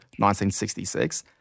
1966